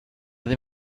they